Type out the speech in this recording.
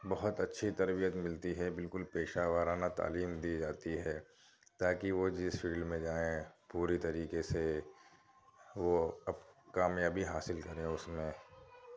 بہت اچھی تربیت ملتی ہے بالکل پیشہ وارانہ تعلیم دی جاتی ہے تا کہ وہ جس فیلڈ میں جائیں پوری طریقے سے وہ اب کامیابی حاصل کریں اُس میں